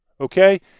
Okay